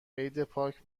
عیدپاک